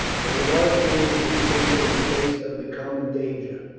the laws being suspended in face of the common danger.